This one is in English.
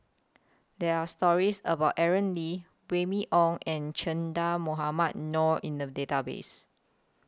There Are stories about Aaron Lee Remy Ong and Che Dah Mohamed Noor in The Database